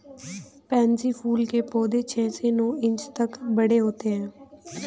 pansy फूल के पौधे छह से नौ इंच तक बड़े होते हैं